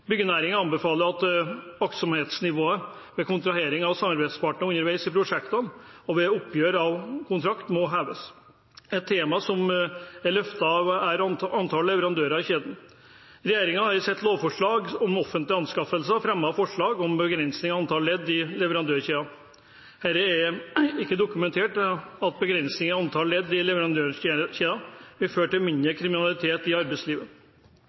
Byggenæringen anbefaler at aktsomhetsnivået ved kontrahering av samarbeidspartnere underveis i prosjektet og ved oppgjør av kontrakt må heves. Et tema som er løftet fram, er antall leverandører i kjeden. Regjeringen har i sitt lovforslag om offentlige anskaffelser fremmet forslag om begrensning av antall ledd i leverandørkjeden. Det er ikke dokumentert at begrensninger i antall ledd i leverandørkjeden vil føre til mindre kriminalitet i arbeidslivet.